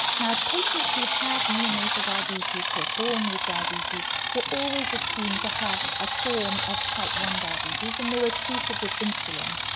patients who have neonatal diabetes, who are born with diabetes, were always assumed to have a form of type one diabetes, and they were treated with insulin.